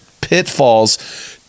pitfalls